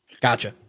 Gotcha